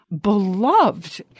beloved